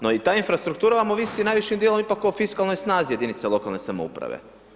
No, i ta infrastruktura vam ovisi najvišim dijelom ipak o fiskalnoj snazi jedinice lokalne samouprave.